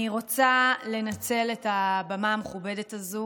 אני רוצה לנצל את הבמה המכובדת הזו